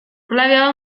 klabea